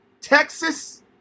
Texas